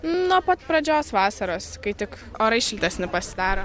nuo pat pradžios vasaros kai tik orai šiltesni pasidaro